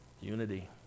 Unity